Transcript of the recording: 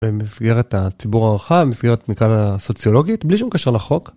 במסגרת הציבור הרחב, במסגרת המכנה הסוציולוגית, בלי שום קשר לחוק?